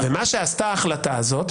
ומה שעשתה ההחלטה הזאת,